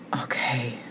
Okay